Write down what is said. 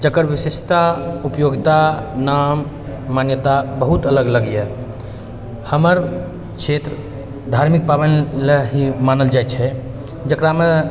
जकर विशेषता उपयोगिता नाम मान्यता बहुत अलग अलग यऽ हमर क्षेत्र धार्मिक पाबनि लए ही मानल जाइ छै जकरामे